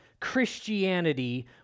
Christianity